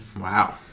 Wow